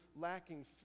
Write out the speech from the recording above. lacking